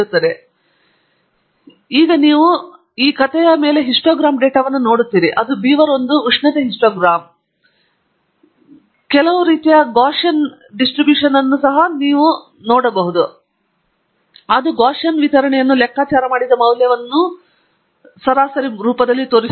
ಆದ್ದರಿಂದ ಈಗ ನೀವು ಕಥೆಯ ಮೇಲೆ ಹಿಸ್ಟೋಗ್ರಾಮ್ ಡೇಟಾವನ್ನು ನೋಡುತ್ತೀರಿ ಅದು ಬೀವರ್ 1 ಉಷ್ಣತೆ ಹಿಸ್ಟೋಗ್ರಾಮ್ ಕೆಲವು ರೀತಿಯ ಗಾಸ್ಸಿಯನ್ ವಿತರಣೆಯನ್ನು ನಾವು ಇಲ್ಲಿ ಲೆಕ್ಕಾಚಾರ ಮಾಡಿದ ಮೌಲ್ಯವನ್ನು ಸರಾಸರಿ ಎಂದು ಸೂಚಿಸುತ್ತದೆ